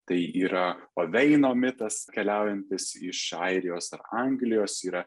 tai yra aveino mitas keliaujantis iš airijos anglijos yra